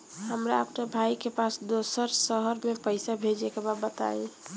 हमरा अपना भाई के पास दोसरा शहर में पइसा भेजे के बा बताई?